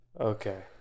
okay